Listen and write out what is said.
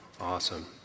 Awesome